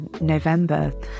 November